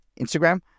instagram